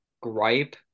gripe